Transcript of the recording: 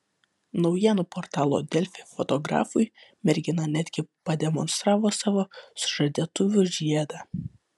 naujienų portalo delfi fotografui mergina netgi pademonstravo savo sužadėtuvių žiedą